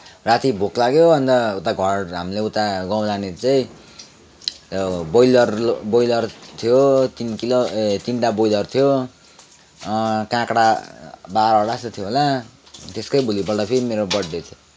राति भोक लाग्यो अन्त उता घर हामीले उता गाउँ लाने चाहिँ त्यो ब्रोयलर ब्रोयलर थियो तिन किलो ए तिनवटा ब्रोयलर थियो काँक्रा बाह्रवटा जस्तो थियो होला त्यसकै भोलिपल्ट फेरि मेरो बर्थडे थियो